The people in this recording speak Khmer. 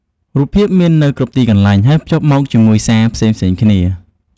រូបភាពមាននៅគ្រប់ទីកន្លែង ហើយភ្ជាប់មកជាមួយសារផ្សេងៗគ្នា។